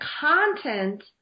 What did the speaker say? content